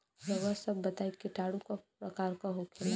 रउआ सभ बताई किटाणु क प्रकार के होखेला?